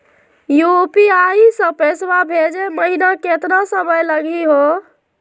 UPI स पैसवा भेजै महिना केतना समय लगही हो?